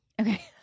Okay